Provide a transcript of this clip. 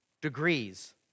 degrees